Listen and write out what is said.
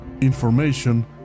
Information